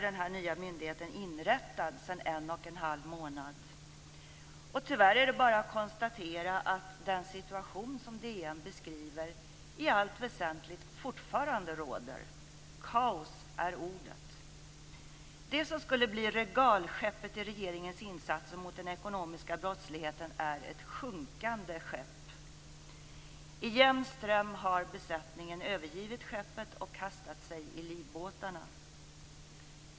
Den nya myndigheten är inrättad sedan en och en halv månad. Tyvärr är det bara att konstatera att den situation som DN beskriver i allt väsentligt fortfarande råder. Kaos är ordet. Det som skulle bli regalskeppet i regeringens insatser mot den ekonomiska brottsligheten är ett sjunkande skepp. I jämn ström har besättningen övergivit skeppet och kastat sig i livbåtarna.